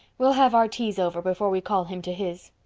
we'll have our teas over before we call him to his.